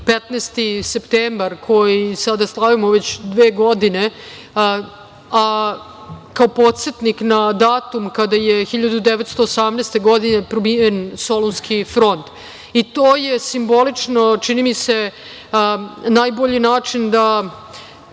15. septembar, koji sada slavimo već dve godine, kao podsetnik na datum kada je 1918. godine probijen Solunski front. To je simbolično, čini mi se, najbolji način da